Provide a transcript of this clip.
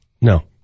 No